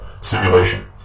simulation